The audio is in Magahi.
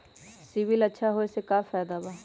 सिबिल अच्छा होऐ से का फायदा बा?